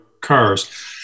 cars